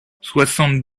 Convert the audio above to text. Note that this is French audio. soixante